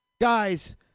Guys